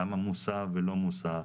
למה מוסע ולא מוסע,